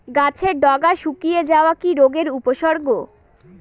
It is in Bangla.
গাছের ডগা শুকিয়ে যাওয়া কি রোগের উপসর্গ?